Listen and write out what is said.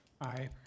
Aye